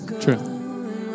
True